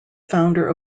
founder